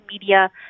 media